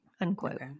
Unquote